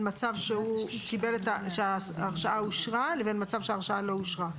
מצב שההרשאה אושרה לבין מצב שההרשאה לא אושרה,